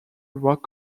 rock